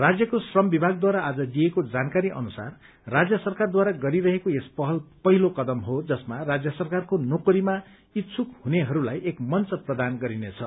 राज्यको श्रम विभागद्वारा आज दिइएको जानकारी अनुसार राज्य सरकारद्वारा गरिरहेको यस पहल पहिलो कदम हो जसमा राज्य सरकारको नोकरीमा इच्छुक हुनेहरूलाई एक मंच प्रदान गरिन्छ